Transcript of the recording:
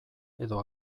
edo